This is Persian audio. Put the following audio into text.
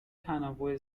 تنوع